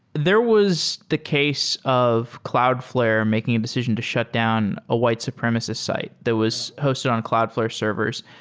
there was the case of cloudfl are making decision to shut down a white supremacist site that was hosted on cloudfl are servers.